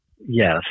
Yes